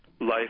life